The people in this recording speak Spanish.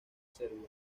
serbia